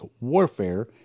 warfare